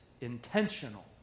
intentional